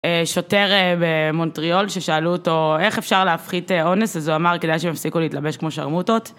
שוטר במונטריאול ששאלו אותו איך אפשר להפחית אונס, אז הוא אמר כדי שהם יפסיקו להתלבש כמו שרמוטות.